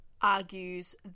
argues